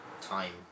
time